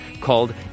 called